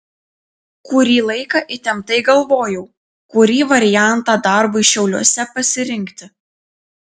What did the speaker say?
kurį laiką įtemptai galvojau kurį variantą darbui šiauliuose pasirinkti